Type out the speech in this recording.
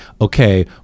okay